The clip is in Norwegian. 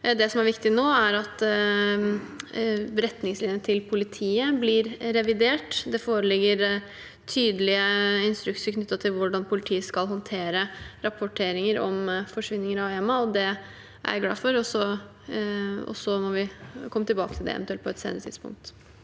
Det som er viktig nå, er at retningslinjene til politiet blir revidert. Det foreligger tydelige instrukser knyttet til hvordan politiet skal håndtere rapporteringer om forsvinninger av enslige mindreårige asylsøkere, og det er jeg glad for. Så må vi eventuelt komme tilbake til det på et senere tidspunkt.